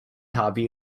hobby